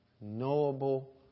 knowable